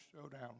showdown